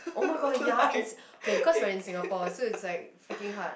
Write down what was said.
oh-my-god ya in s~ okay when in Singapore so it's like freaking hard